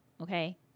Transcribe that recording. Okay